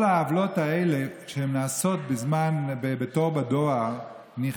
כל העוולות האלה, כשהן נעשות בתור בדואר, ניחא,